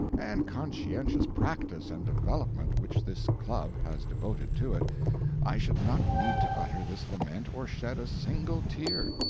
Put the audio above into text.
and conscientious practice and development which this club has devoted to it i should not need to utter this lament or shed a single tear.